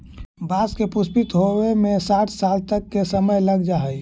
बाँस के पुष्पित होवे में साठ साल तक के समय लग जा हइ